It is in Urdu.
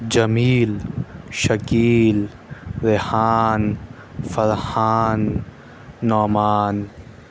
جمیل شکیل ریحان فرحان نعمان